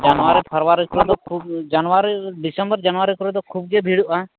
ᱡᱟᱱᱩᱣᱟᱨᱤ ᱯᱷᱮᱨᱣᱟᱨᱤ ᱠᱚᱨᱮᱫᱚ ᱠᱷᱩᱵᱽ ᱡᱟᱱᱩᱣᱟᱨᱤ ᱰᱤᱥᱮᱢᱵᱚᱨ ᱡᱟᱱᱩᱣᱟᱨᱤ ᱠᱚᱨᱮᱫᱚ ᱠᱷᱩᱵᱽᱜᱮ ᱵᱷᱤᱲᱩᱜᱼᱟ